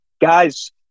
guys